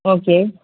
okay